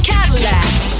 Cadillacs